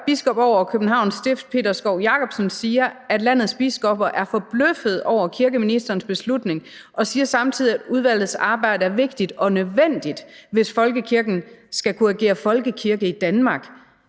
biskoppen over Københavns Stift, Peter Skov-Jakobsen, siger: Landets biskopper er forbløffede over kirkeministeren beslutning. Og han siger samtidig, at udvalgets arbejde er vigtigt og nødvendigt, hvis folkekirken skal kunne agere folkekirke i Danmark.